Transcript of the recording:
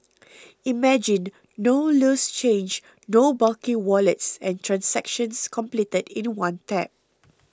imagine no loose change no bulky wallets and transactions completed in the one tap